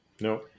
no